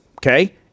Okay